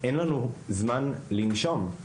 אין לנו זמן לנשום.